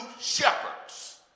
shepherds